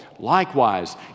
Likewise